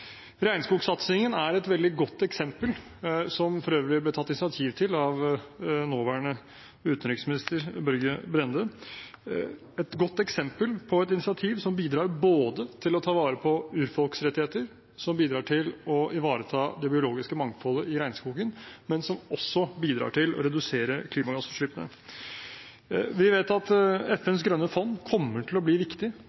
Brende, er et veldig godt eksempel på et initiativ som bidrar både til å ta vare på urfolks rettigheter og ivareta det biologiske mangfoldet i regnskogen, og også til å redusere klimagassutslippene. Vi vet at